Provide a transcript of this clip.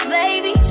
baby